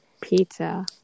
pizza